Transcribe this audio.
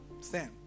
stand